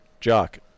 Jock